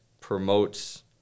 promotes